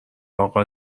اقا